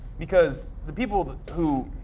because the people who,